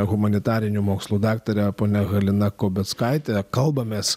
humanitarinių mokslų daktare ponia halina kobeckaite kalbamės